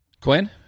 Quinn